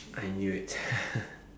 I knew it